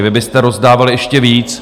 Vy byste rozdávali ještě víc.